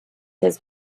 his